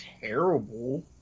terrible